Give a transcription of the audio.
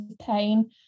pain